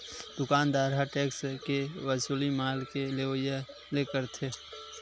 दुकानदार ह टेक्स के वसूली माल के लेवइया ले करथे